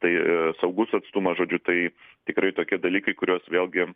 tai saugus atstumas žodžiu tai tikrai tokie dalykai kuriuos vėlgi